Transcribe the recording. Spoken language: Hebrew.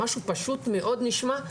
משהו פשוט מאוד נשמע,